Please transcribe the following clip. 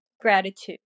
gratitude